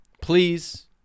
Please